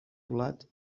volat